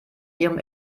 ihrem